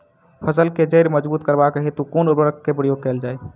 फसल केँ जड़ मजबूत करबाक हेतु कुन उर्वरक केँ प्रयोग कैल जाय?